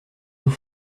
vous